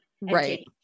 right